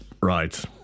Right